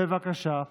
בבקשה.